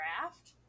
draft